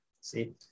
See